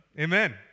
Amen